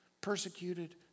persecuted